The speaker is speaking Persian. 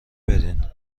بدین